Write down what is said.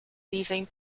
leaving